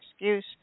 excuse